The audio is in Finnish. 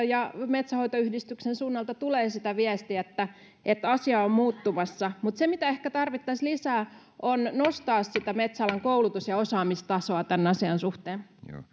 ja metsänhoitoyhdistysten suunnalta tulee sitä viestiä että että asia on muuttumassa mutta se mitä ehkä tarvittaisiin lisää on metsäalan koulutus ja osaamistason nostamista tämän asian suhteen